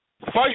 Fight